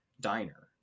diner